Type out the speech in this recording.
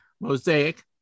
mosaic